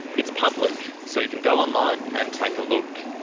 it's public so you can go online and take a look.